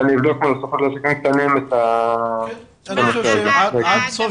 ואני אבדוק מול הסוכנות לעסקים קטנים את ה --- עד סוף